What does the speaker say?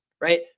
right